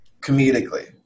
comedically